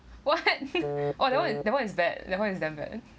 what !wah! that one that one is bad that one is damn bad